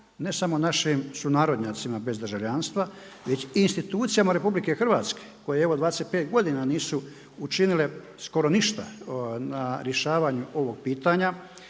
ne samo našim sunarodnjacima bez državljanstva već i institucijama RH koje evo 25 godina nisu učinile skoro ništa na rješavanju ovog pitanja,